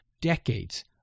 decades